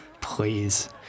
Please